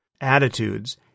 attitudes